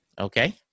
Okay